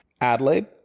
Adelaide